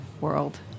world